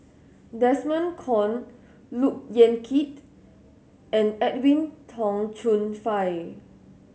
Desmond Kon Look Yan Kit and Edwin Tong Chun Fai